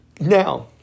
Now